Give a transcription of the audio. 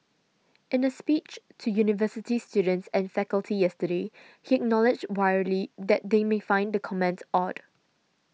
in a speech to university students and faculty yesterday he acknowledged wryly that they may find the comment odd